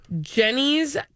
Jenny's